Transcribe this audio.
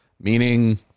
meaning